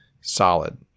solid